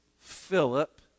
Philip